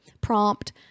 prompt